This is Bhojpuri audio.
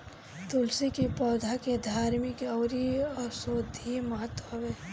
तुलसी के पौधा के धार्मिक अउरी औषधीय महत्व हवे